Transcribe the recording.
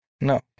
no